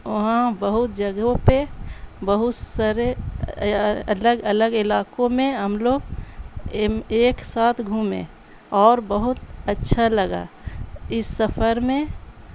وہاں بہت جگہوں پہ بہت سرے الگ الگ علاقوں میں ہم لوگ ایک ساتھ گھومے اور بہت اچھا لگا اس سفر میں